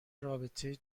رابطه